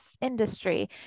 industry